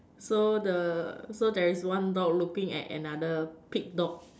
so the so there is one dog looking at another pig dog